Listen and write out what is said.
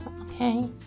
okay